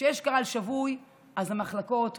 כשיש קהל שבוי, אז המחלקות מוזנחות,